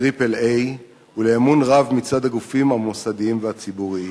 "טריפל איי" ולאמון רב מצד הגופים המוסדיים והציבוריים.